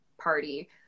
party